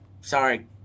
sorry